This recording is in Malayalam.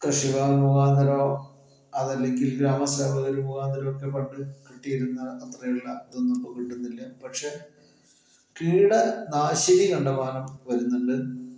കൃഷിക്കാർ മുഖാന്തിരം അതല്ലെങ്കിൽ ഗ്രാമസേവകർ മുഖാന്തിരം ഒക്കെ പണ്ട് കിട്ടിയിരുന്ന അത്രയുള്ള ഇതൊന്നും ഇപ്പോൾ കിട്ടുന്നില്ല പക്ഷെ കീടനാശിനി കണ്ടമാനം വരുന്നുണ്ട്